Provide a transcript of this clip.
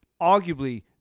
arguably